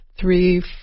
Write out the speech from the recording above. three